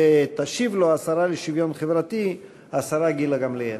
ותשיב לו השרה לשוויון חברתי גילה גמליאל.